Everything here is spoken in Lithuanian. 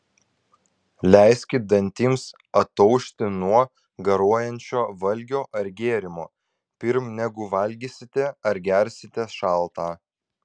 leiskit dantims ataušti nuo garuojančio valgio ar gėrimo pirm negu valgysite ar gersite šaltą